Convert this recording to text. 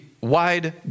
wide